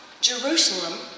Jerusalem